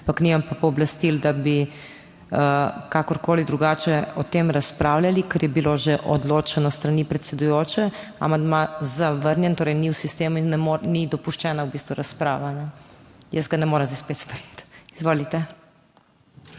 ampak nimam pa pooblastil, da bi kakorkoli drugače o tem razpravljali, ker je bilo že odločeno s strani predsedujoče, amandma zavrnjen, torej ni v sistemu in ni dopuščena v bistvu razprava, a ne. Jaz ga ne morem zdaj spet sprejeti. Izvolite.